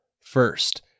First